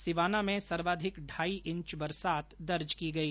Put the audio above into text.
सिवाना में सर्वाधिक ढाई इंच बरसात दर्ज की गई